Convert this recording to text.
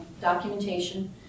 documentation